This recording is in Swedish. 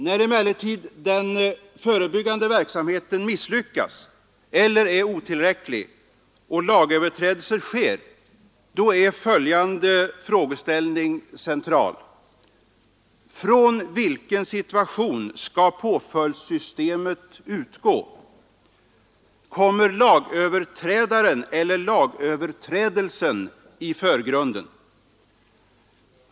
När emellertid den förebyggande verksamheten misslyckas eller är otillräcklig och lagöverträdelser sker, då är följande frågeställningar centrala: Från vilken situation skall påföljdssystemet utgå? Kommer lagöverträdaren eller lagöverträdelsen i förgrunden?